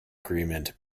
agreement